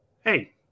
Hey